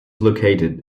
located